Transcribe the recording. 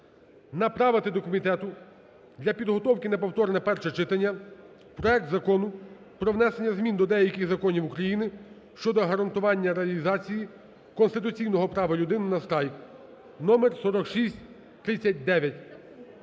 Направити до комітету для підготовки на повторне перше читання проект Закону про внесення змін до деяких законів України щодо гарантування реалізації конституційного права людини на страйк (№ 4639).